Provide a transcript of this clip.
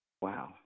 Wow